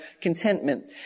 contentment